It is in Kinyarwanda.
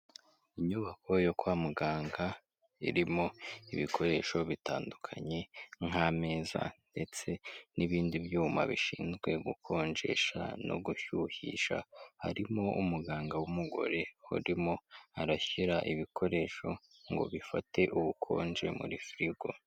Inyubako yo kwa muganga irimo ibikoresho bitandukanye, nk'ameza ndetse n'ibindi byuma bishinzwe gukonjesha no gushyuhisha, harimo umuganga w'umugore arimo arashyira ibikoresho ngo bifate ubukonje muri firigo.